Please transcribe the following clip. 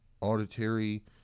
auditory